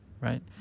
right